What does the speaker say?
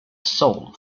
soul